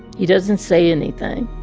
he doesn't say anything.